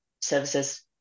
services